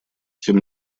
тем